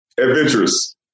Adventurous